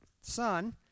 son